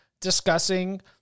discussing